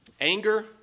Anger